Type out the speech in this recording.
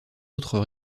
autres